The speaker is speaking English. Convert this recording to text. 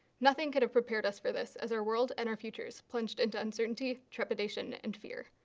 nothing could have prepared us for this, as our world and our futures plunged into uncertainty, trepidation and fear.